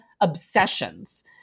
obsessions